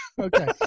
okay